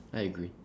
I agree